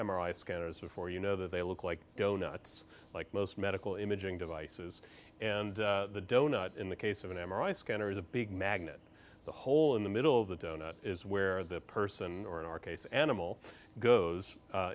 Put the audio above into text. i scanners before you know that they look like go nuts like most medical imaging devices and the donut in the case of an m r i scanner is a big magnet the hole in the middle of the donut is where the person or in our case animal goes